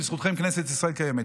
בזכותכם כנסת ישראל קיימת.